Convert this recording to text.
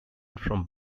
from